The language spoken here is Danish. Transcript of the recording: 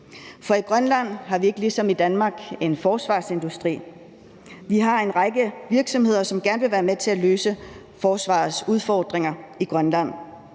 For i Grønland har vi ikke ligesom i Danmark en forsvarsindustri. Vi har en række virksomheder, som gerne vil være med til at løse forsvarets udfordringer i Grønland.